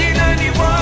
1991